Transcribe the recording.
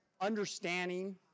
understanding